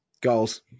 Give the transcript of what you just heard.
Goals